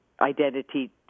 identity